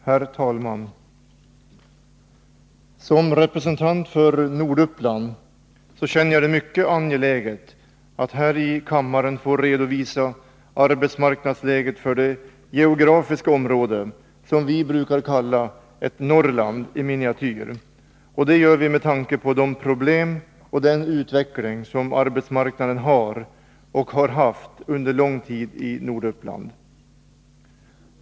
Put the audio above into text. Herr talman! Som representant för Norduppland anser jag det mycket angeläget att här i kammaren få redovisa arbetsmarknadsläget för det geografiska område som vi brukar kalla ett ”Norrland i miniatyr” — det gör vi med tanke på de problem och den utveckling som arbetsmarknaden har och har haft under en lång tid i Norduppland.